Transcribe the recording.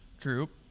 group